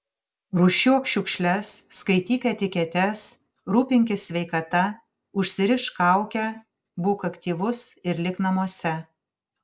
rūšiuok šiukšles skaityk etiketes rūpinkis sveikata užsirišk kaukę būk aktyvus ir lik namuose